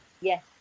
Yes